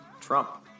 Trump